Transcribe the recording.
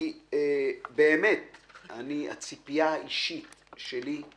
כי באמת הציפייה האישית שלי היא